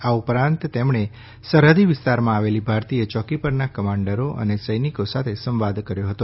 આ ઉપરાંત તેમણે સરહદી વિસ્તારોમાં આવેલી ભારતીય યોકી પરનાં કમાન્ડરો અને સૌનિકો સાથે સંવાદ કર્યો હતો